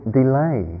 delay